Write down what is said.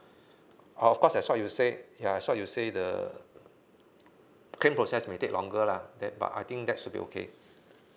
of course as what you said ya as what you say the claim process may take longer lah that part I think that should be okay